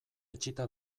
itxita